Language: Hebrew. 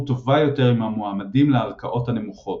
טובה יותר עם המועמדים לערכאות הנמוכות.